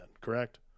correct